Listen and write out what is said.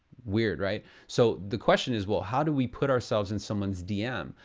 weird, right? so the question is, well how do we put ourselves in someone's dm?